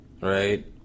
right